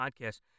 podcast